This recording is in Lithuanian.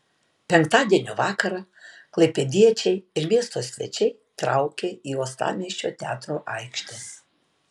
penktadienio vakarą klaipėdiečiai ir miesto svečiai traukė į uostamiesčio teatro aikštę